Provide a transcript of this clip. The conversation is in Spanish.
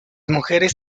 mujeres